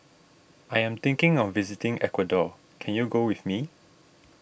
I am thinking of visiting Ecuador can you go with me